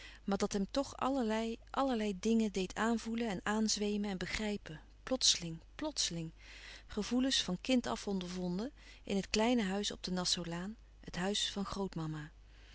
maar dat hem toch allerlei allerlei dingen deed aanvoelen en aanzweemen en begrijpen plotseling plotseling gevoelens van kind af ondervonden in het kleine huis op de nassaulaan het huis van grootmama ja